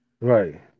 Right